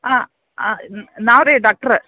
ಹಾಂ ಹಾಂ ನಾವು ರೀ ಡಾಕ್ಟ್ರ್